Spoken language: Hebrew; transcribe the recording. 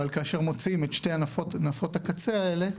אבל כאשר מוציאים את שתי נפות הקצה האלה,